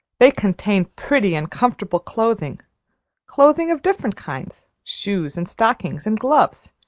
they contained pretty and comfortable clothing clothing of different kinds shoes and stockings and gloves,